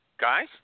guys